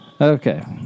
Okay